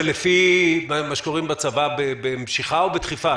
זה לפי מה שקוראים בצבא "במשיכה או בדחיפה"?